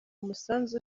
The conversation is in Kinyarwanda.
umusanzu